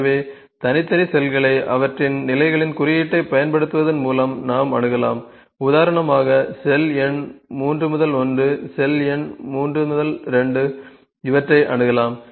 எனவே தனித்தனி செல்களை அவற்றின் நிலைகளின் குறியீட்டைப் பயன்படுத்துவதன் மூலம் நாம் அணுகலாம் உதாரணமாக செல் எண் 3 1 செல் எண் 3 2 இவற்றை அணுகலாம்